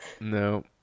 No